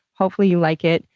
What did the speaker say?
hopefully you like it.